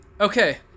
okay